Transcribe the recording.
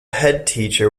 headteacher